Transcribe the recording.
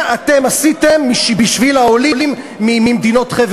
אתם עשיתם בשביל העולים מחבר המדינות?